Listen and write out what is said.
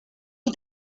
you